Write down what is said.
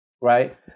right